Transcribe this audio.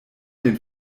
den